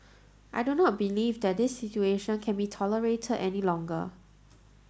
I do not believe that this situation can be tolerated any longer